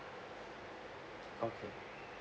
okay